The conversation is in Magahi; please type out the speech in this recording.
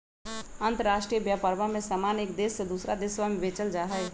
अंतराष्ट्रीय व्यापरवा में समान एक देश से दूसरा देशवा में बेचल जाहई